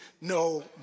no